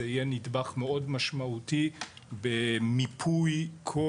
זה יהיה נדבך מאוד משמעותי במיפוי כל